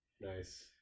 nice